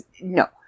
No